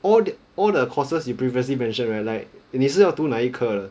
all that all the courses you previously mentioned right like 你是要读哪一科的